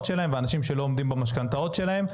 שלהם ואנשים שלא עומדים במשכנתאות שלהם.